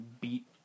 Beat